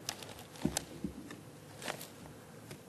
בבקשה.